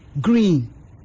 green